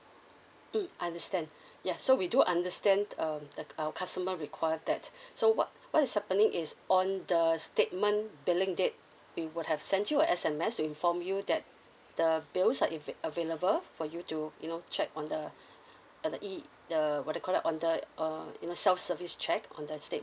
mm understand ya so we do understand um our customer require that so what what is happening is on the statement billing date we would have sent you a S_M_S to inform you that the bills are avail~ available for you to you know check on the uh the E uh what you call that on the err you know self service check on the statement